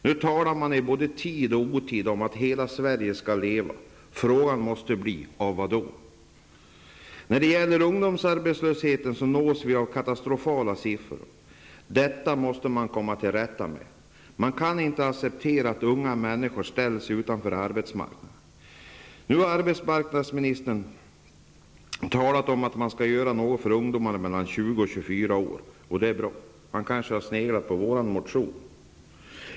Nu talar man i både tid och otid om att hela Sverige skall leva. Frågan måste då bli: När det gäller ungdomsarbetslösheten nås vi av katastrofala siffror. Detta måste man komma till rätta med. Man kan inte acceptera att unga människor ställs utanför arbetsmarknaden. Nu har arbetsmarknadsministern talat om att man skall göra något för ungdomar mellan 20 och 24 år, och det är bra. Han har kanske sneglat på vår motion.